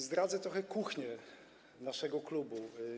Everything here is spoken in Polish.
Zdradzę trochę z kuchni naszego klubu.